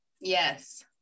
Yes